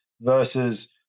versus